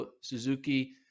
Suzuki